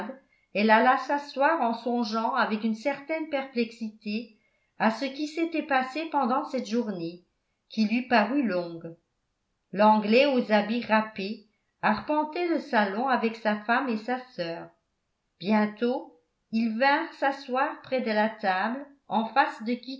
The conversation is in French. elle alla s'asseoir en songeant avec une certaine perplexité à ce qui s'était passé pendant cette journée qui lui parut longue l'anglais aux habits râpés arpentait le salon avec sa femme et sa sœur bientôt ils vinrent s'asseoir près de la table en face de